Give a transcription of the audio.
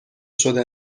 شده